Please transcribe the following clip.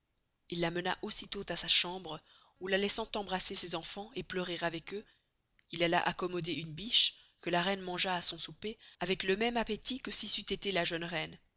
il la mena aussitost à sa chambre où la laissant embrasser ses enfans et pleurer avec eux il alla accommoder une biche que la reine mangea à son soupé avec le même appetit que si c'eut esté la jeune reine